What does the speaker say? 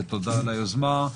ותודה על היזומה,